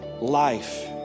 life